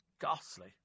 Ghastly